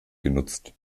genutzt